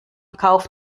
kauf